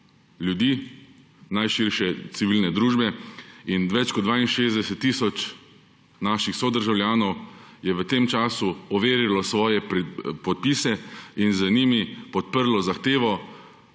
ljudi, najširše civilne družbe in več kot 62 tisoč naših sodržavljanov je v tem času overilo svoje podpise in z njimi podprlo zahtevo